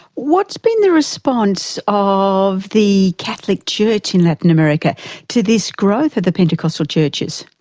what's been the response of the catholic church in latin america to this growth of the pentecostal churches?